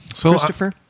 Christopher